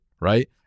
right